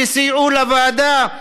שסייעו לוועדה,